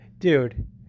Dude